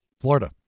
Florida